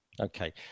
Okay